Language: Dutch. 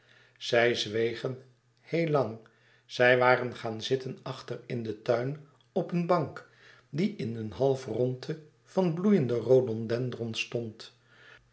zij zwegen heel lang zij waren gaan zitten achter in den tuin op eene bank die in eene halfrondte van bloeiende rhododendrons stond